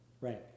right